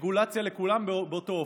רגולציה לכולם באותו אופן.